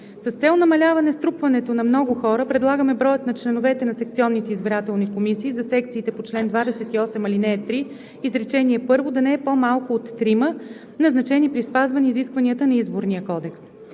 С цел намаляване струпването на много хора, предлагаме броят на членовете на секционните избирателни комисии за секциите по чл. 28, ал. 3, изречение първо да не е по-малко oт трима, назначени при спазване изискванията на Изборния кодекс.